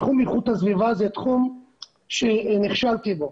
תחום איכות הסביבה הוא תחום שנכשלתי בו,